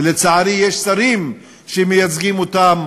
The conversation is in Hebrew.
ולצערי, יש שרים שמייצגים אותם